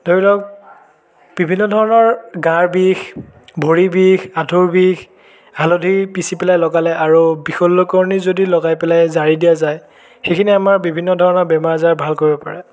ধৰি লওক বিভিন্ন ধৰণৰ গাৰ বিষ ভৰি বিষ আঠুৰ বিষ হালধি পিচি পেলাই লগালে আৰু বিশল্যকৰণী যদি লগাই পেলাই জাৰি দিয়া যায় সেইখিনি আমাৰ বিভিন্ন ধৰণৰ বেমাৰ আজাৰ ভাল কৰিব পাৰে